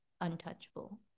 untouchable